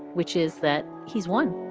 which is that he's one